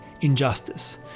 injustice